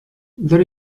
there